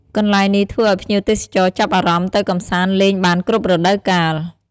កន្លែងនេះធ្វើឱ្យភ្ញៀវទេសចរចាប់អារម្មណ៍ទៅកម្សាន្តលេងបានគ្រប់រដូវកាល។